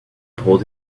pulled